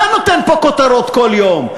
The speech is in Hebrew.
אתה נותן פה כותרות כל יום.